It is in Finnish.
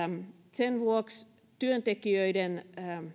sen vuoksi työntekijöiden